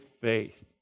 faith